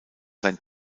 sein